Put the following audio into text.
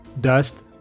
Dust